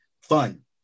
fun